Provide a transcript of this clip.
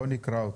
בוא נקרא אותם.